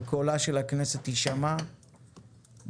קולה של הכנסת יישמע בהובלתך.